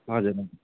हजुर हजुर